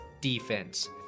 defense